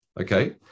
Okay